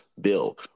bill